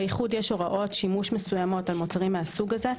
באיחוד יש הוראות שימוש מסוימות על מוצרים מסוג זה.